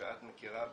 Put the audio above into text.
שאת מכירה,